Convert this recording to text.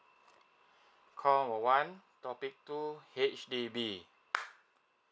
call one topic two H_D_B